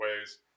ways